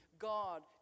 God